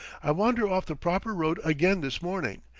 i wander off the proper road again this morning,